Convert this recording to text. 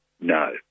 No